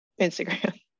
Instagram